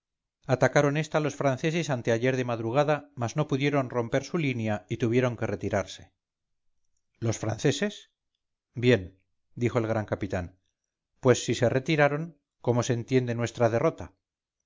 atacaron esta los franceses anteayer de madrugada mas no pudieron romper su línea y tuvieron que retirarse los franceses bien dijo el gran capitán pues si se retiraron cómo se entiende nuestra derrota